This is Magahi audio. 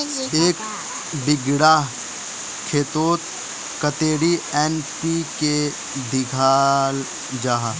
एक बिगहा खेतोत कतेरी एन.पी.के दियाल जहा?